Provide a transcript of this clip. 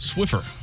Swiffer